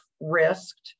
risked